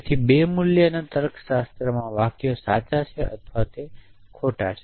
તેથી 2 મૂલ્યના તર્કશાસ્ત્રમાં વાક્યો સાચા છે અથવા તે ખોટા છે